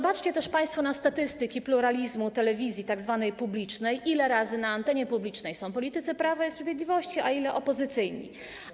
Spójrzcie też państwo na statystyki pluralizmu telewizji tzw. publicznej, ile razy na antenie publicznej są politycy Prawa i Sprawiedliwości, a ile opozycyjni.